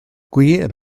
gwir